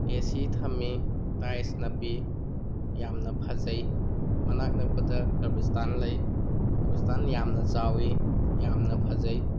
ꯑꯦ C ꯊꯝꯃꯤ tiles ꯅꯞꯄꯤ ꯌꯥꯝꯅ ꯐꯖꯩ ꯃꯅꯥꯛ ꯅꯛꯄꯗ ꯀꯔꯕꯤꯁꯇꯥꯟ ꯂꯩ ꯀꯔꯕꯤꯁꯇꯥꯟ ꯌꯥꯝꯅ ꯆꯥꯎꯋꯤ ꯌꯥꯝꯅ ꯐꯖꯩ